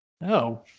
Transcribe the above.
No